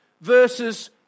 verses